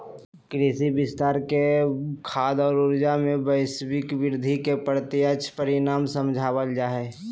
कृषि विस्तार के खाद्य और ऊर्जा, में वैश्विक वृद्धि के प्रत्यक्ष परिणाम समझाल जा हइ